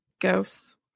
ghosts